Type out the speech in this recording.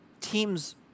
teams